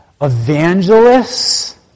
evangelists